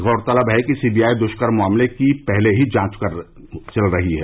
गौरतलब है कि सीबीआई दुष्कर्म मामले की पहले ही जांच कर रही है